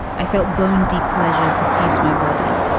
i felt bone deep pleasures, a feast, my body,